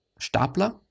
stapler